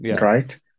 right